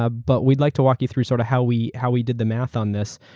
ah but we'd like to walk you through sort of how we how we did the math on this.